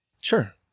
Sure